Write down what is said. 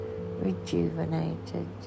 rejuvenated